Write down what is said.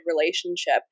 relationship